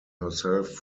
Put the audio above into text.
herself